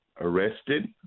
arrested